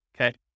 okay